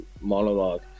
monologue